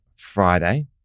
Friday